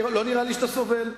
לא נראה לי שאתה סובל.